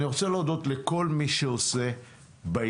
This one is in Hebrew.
אני רוצה להודות לכל מי שעושה בעניין,